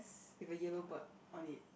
with a yellow bird on it